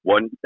One